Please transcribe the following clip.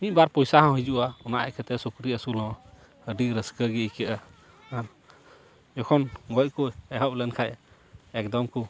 ᱢᱤᱫᱵᱟᱨ ᱯᱚᱭᱥᱟ ᱦᱚᱸ ᱦᱩᱭᱩᱜᱼᱟ ᱚᱱᱟ ᱞᱟᱹᱜᱤᱫ ᱛᱮ ᱥᱩᱠᱨᱤ ᱟᱹᱥᱩᱞ ᱦᱚᱸ ᱟᱹᱰᱤ ᱨᱟᱹᱥᱠᱟᱹ ᱜᱮ ᱟᱹᱭᱠᱟᱹᱜᱼᱟ ᱡᱚᱠᱷᱚᱱ ᱜᱚᱡ ᱠᱚ ᱮᱦᱚᱵ ᱞᱮᱱᱠᱷᱟᱱ ᱮᱠᱫᱚᱢ ᱠᱚ